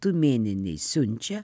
tumėnienei siunčia